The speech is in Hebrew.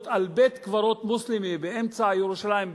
על בית-קברות מוסלמי באמצע ירושלים,